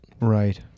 right